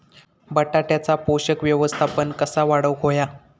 बटाट्याचा पोषक व्यवस्थापन कसा वाढवुक होया?